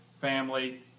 family